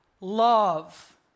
love